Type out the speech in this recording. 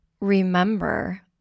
remember